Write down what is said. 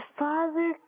father